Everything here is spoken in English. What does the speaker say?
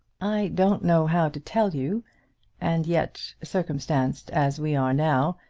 i don't know how to tell you and yet, circumstanced as we are now,